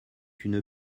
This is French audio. une